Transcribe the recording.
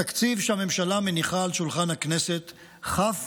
התקציב שהממשלה מניחה על שולחן הכנסת חף